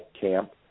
camp